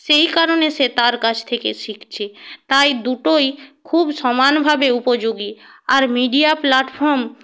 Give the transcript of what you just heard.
সেই কারণে সে তার কাছ থেকে শিখছে তাই দুটোই খুব সমানভাবে উপযোগী আর মিডিয়া প্লাটফর্ম